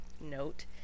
note